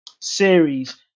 series